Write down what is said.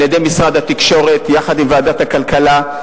על-ידי משרד התקשורת יחד עם ועדת הכלכלה,